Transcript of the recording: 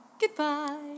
Goodbye